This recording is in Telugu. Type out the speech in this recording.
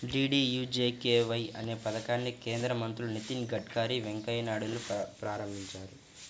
డీడీయూజీకేవై అనే పథకాన్ని కేంద్ర మంత్రులు నితిన్ గడ్కరీ, వెంకయ్య నాయుడులు ప్రారంభించారు